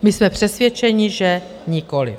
My jsme přesvědčeni, že nikoliv.